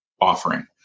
offering